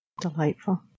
Delightful